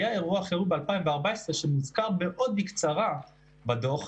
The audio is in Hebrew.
היה אירוע חירום ב-2014 שמוזכר מאוד בקצרה בדוח,